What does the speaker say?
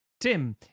Tim